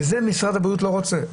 וזה משרד הבריאות לא רוצה.